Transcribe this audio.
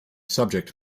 subject